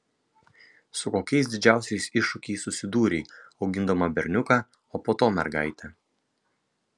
su kokiais didžiausiais iššūkiais susidūrei augindama berniuką o po to mergaitę